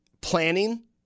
planning